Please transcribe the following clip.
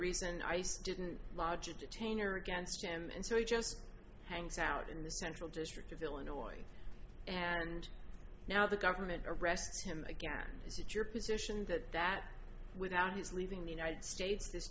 reason ice didn't logic detain or against him and so he just hangs out in the central district of illinois and now the government arrests him again is it your position that that without his leaving the united states this